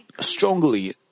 strongly